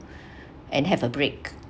and have a break